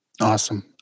Awesome